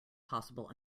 possible